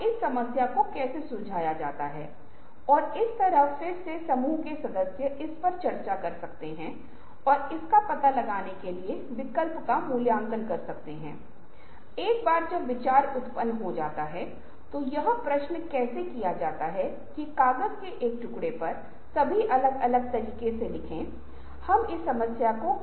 यदि कोई पांच अलग अलग समाधान हो सकता है जो आपके पास है और उनमें से कुछ मूर्खतापूर्ण लग सकते हैं लेकिन एक या दो वास्तव में काम कर सकते हैं और आप आगे बाड़ रहे हैं आप नए विचार पैदा कर रहे हैं क्योंकि आप मुख्य मार्ग का अनुसरण नहीं कर रहे हैं वह मार्ग जो आपके मनमे है इस स्कीमा आपके मूल अभिविन्यास आपके तर्क और इस कई दिनों में आपके सीखने ने आपको सिखाया है